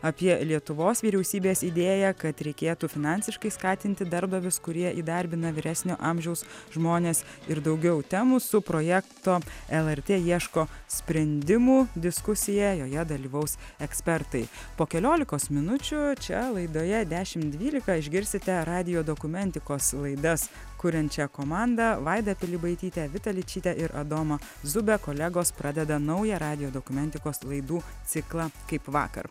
apie lietuvos vyriausybės idėją kad reikėtų finansiškai skatinti darbdavius kurie įdarbina vyresnio amžiaus žmones ir daugiau temų su projekto lrt ieško sprendimų diskusija joje dalyvaus ekspertai po keliolikos minučių čia laidoje dešim dvylika išgirsite radijo dokumentikos laidas kuriančią komandą vaidą pilibaitytę vitą ličytę ir adomą zubę kolegos pradeda naują radijo dokumentikos laidų ciklą kaip vakar